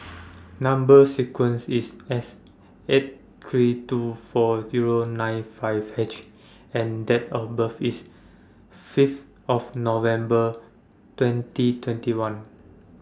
Number sequence IS S eight three two four Zero nine five H and Date of birth IS Fifth of November twenty twenty one